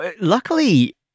Luckily